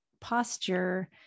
posture